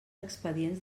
expedients